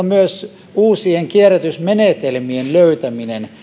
myös löytää uusia kierrätysmenetelmiä